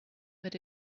but